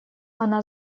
она